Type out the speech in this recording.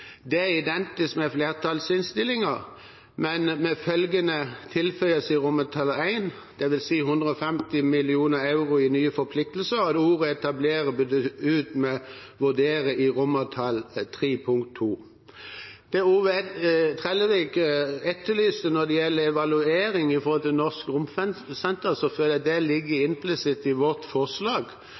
Det er identisk med flertallsinnstillingen, men med følgende tilføyelse i I: «dvs. 150 mill. euro i nye forpliktelser». Så i III, punkt 2, skal ordet «etablere» ut og erstattes med «vurdere». Når det gjelder det som representanten Ove Trellevik etterlyste om evaluering av Norsk Romsenter, føler jeg det ligger implisitt i vårt forslag,